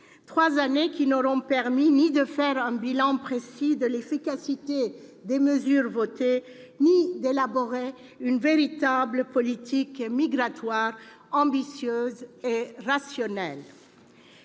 trois années qui n'auront permis ni de faire un bilan précis de l'efficacité des mesures votées ni d'élaborer une véritable politique migratoire, ambitieuse et rationnelle.